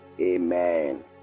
Amen